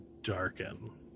darken